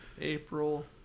April